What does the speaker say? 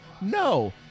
no